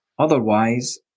Otherwise